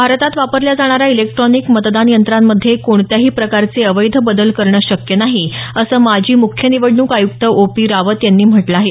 भारतात वापरल्या जाणाऱ्या इलेक्ट्रॉनिक मतदान यंत्रांमध्ये कोणत्याही प्रकारचे अवैध बदल करणं शक्य नाही असं माजी मुख्य निवडणूक आयुक्त ओ पी रावत यांनी म्हटलं आहे